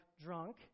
drunk